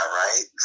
right